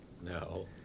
No